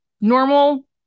normal